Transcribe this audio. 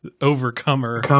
Overcomer